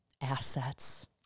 assets